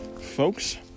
folks